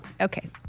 Okay